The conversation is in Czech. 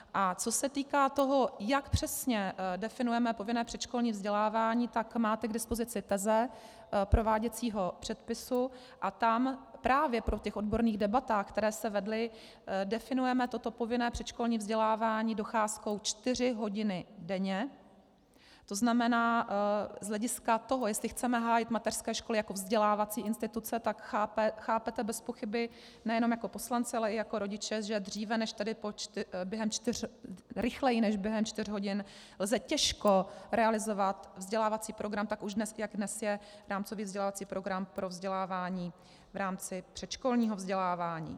A co se týká toho, jak přesně definujeme povinné předškolní vzdělávání, tak máte k dispozici teze prováděcího předpisu a tam právě po odborných debatách, které se vedly, definujeme toto povinné předškolní vzdělávání docházkou čtyři hodiny denně, to znamená, z hlediska toho, jestli chceme hájit mateřské školy jako vzdělávací instituce, tak chápete bezpochyby nejenom jako poslanci, ale i jako rodiče, že rychleji než během čtyř hodin lze těžko realizovat vzdělávací program tak, jak už dnes je rámcový vzdělávací program pro vzdělávání v rámci předškolního vzdělávání.